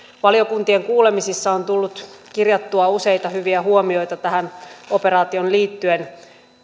valiokuntien kuulemisissa on tullut kirjattua useita hyviä huomioita tähän operaatioon liittyen